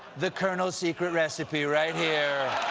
the colonel's screlt recipe right here,